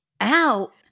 out